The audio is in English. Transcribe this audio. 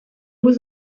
was